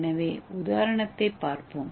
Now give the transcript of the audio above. எனவே உதாரணத்தைப் பார்ப்போம்